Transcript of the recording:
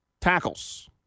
tackles